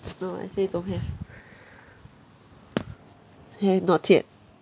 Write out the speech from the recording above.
no I say don't have not yet